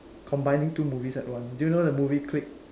combining two movies at once do you know the movie click